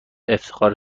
افتخار